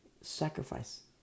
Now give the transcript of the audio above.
sacrifice